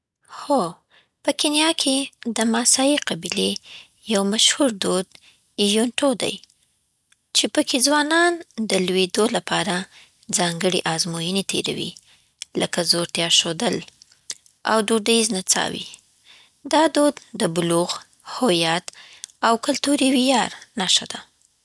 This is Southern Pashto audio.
هو، په کینیا کې د ماسايي قبیلې یو مشهور دود ایونټو دی، چې پکې ځوانان د لویېدو لپاره ځانګړې ازموینې تیروي، لکه زړورتیا ښودل او دودیز نڅاوې. دا دود د بلوغ، هویت، او کلتوري ویاړ نښه دۍ.